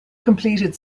completed